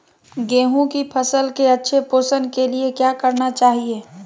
गेंहू की फसल के अच्छे पोषण के लिए क्या करना चाहिए?